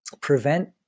prevent